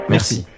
Merci